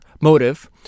motive